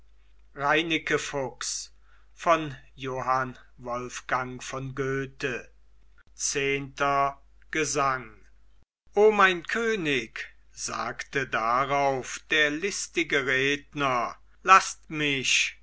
zehnter gesang o mein könig sagte darauf der listige redner laßt mich